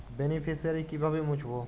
Beneficiary কিভাবে মুছব?